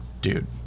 dude